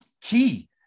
key